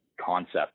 concept